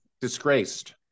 disgraced